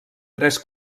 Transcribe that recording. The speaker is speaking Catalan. tres